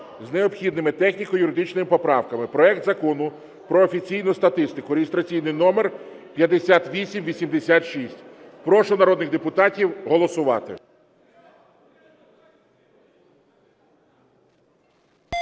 з необхідними техніко-юридичними поправками проект Закону про офіційну статистику (реєстраційний номер 5886). Прошу народних депутатів голосувати.